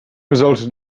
resulted